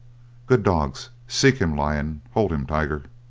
good dogs seek him lion hold him tiger.